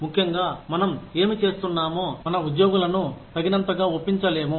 ముఖ్యంగా మనం ఏమి చేస్తున్నామో మన ఉద్యోగులు తగినంతగా ఒప్పించలేము